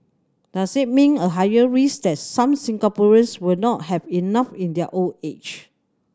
does it mean a higher risk that some Singaporeans will not have enough in their old age